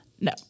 No